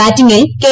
ബാറ്റിംഗിൽ K